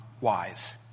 wise